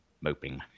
moping